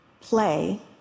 Play